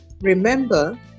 Remember